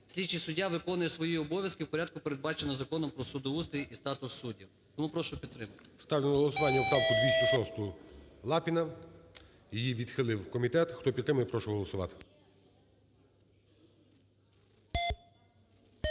слідчий суддя виконує свої обов'язки у порядку, передбаченому Законом "Про судоустрій і статус суддів". Тому прошу підтримати. ГОЛОВУЮЧИЙ. Ставлю на голосування поправку 206 Лапіна. Її відхилив комітет. Хто підтримує, прошу голосувати.